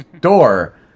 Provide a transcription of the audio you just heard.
door